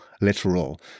literal